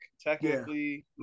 technically